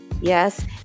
yes